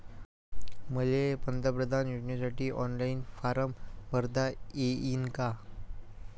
मले पंतप्रधान योजनेसाठी ऑनलाईन फारम भरता येईन का?